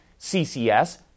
CCS